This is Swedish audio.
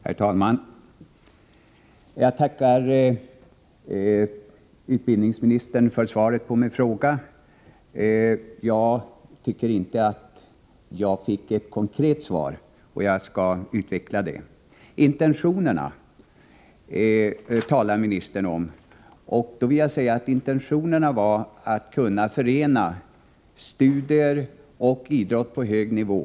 Herr talman! Jag tackar utbildningsministern för svaret på min fråga. Jag tycker inte att jag fick ett konkret svar, och jag skall utveckla det. Intentionerna talar ministern om, och då vill jag säga att intentionerna var att eleverna skulle kunna förena studier och idrott på hög nivå.